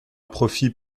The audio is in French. profit